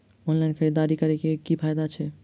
Online खरीददारी करै केँ की फायदा छै?